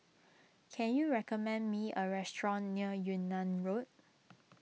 can you recommend me a restaurant near Yunnan Road